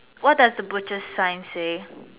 what does the butchers sign say